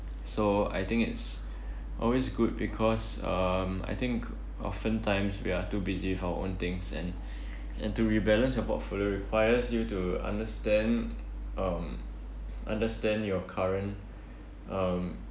so I think it's always good because um I think oftentimes we are too busy with our own things and and to rebalance your portfolio requires you to understand um understand your current um